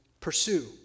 pursue